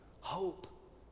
hope